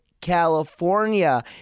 California